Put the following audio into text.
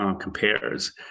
compares